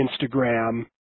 Instagram